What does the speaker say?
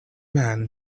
man